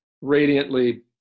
radiantly